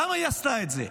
למה היא עשתה את זה?